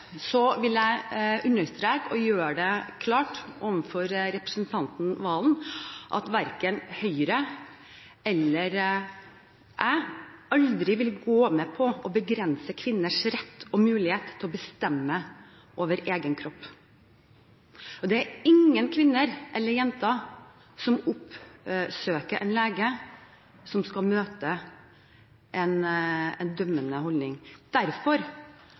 så vil jeg understreke og gjøre det klart for representanten Serigstad Valen at verken Høyre eller jeg noen gang vil gå med på å begrense kvinners rett og mulighet til å bestemme over egen kropp, og ingen kvinner eller jenter som oppsøker en lege, skal møte en dømmende holdning. Derfor